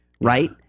right